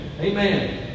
Amen